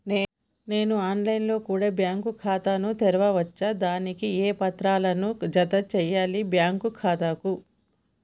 నేను online లో కూడా బ్యాంకు ఖాతా ను తెరవ వచ్చా? దానికి ఏ పత్రాలను జత చేయాలి బ్యాంకు ఖాతాకు?